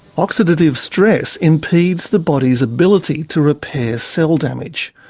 oxidative stress impedes the body's ability to repair cell damage.